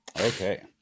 Okay